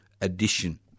addition